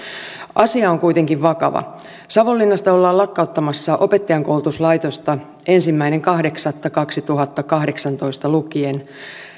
asia on kuitenkin vakava savonlinnasta ollaan lakkauttamassa opettajankoulutuslaitosta ensimmäinen kahdeksatta kaksituhattakahdeksantoista lukien